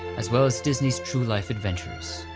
as well as disney's true-life adventures.